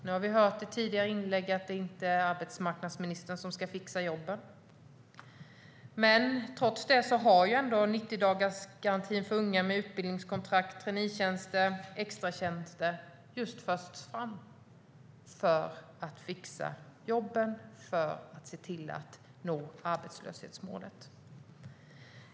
Nu har vi hört i ett tidigare inlägg att det inte är arbetsmarknadsministern som ska fixa jobben, men trots det har 90-dagarsgarantin för unga - med utbildningskontrakt, traineetjänster och extratjänster - förts fram just för att fixa jobben och se till att nå arbetslöshetsmålet.